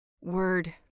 Word